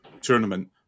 tournament